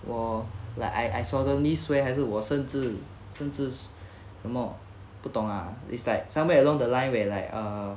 我 like I I solemnly swear 还是我甚至甚至什么不懂 ah is like somewhere along the line where like err